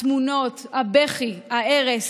התמונות, הבכי, ההרס,